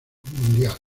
mundial